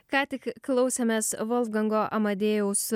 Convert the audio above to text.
ką tik klausėmės volfgango amadėjaus